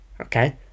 Okay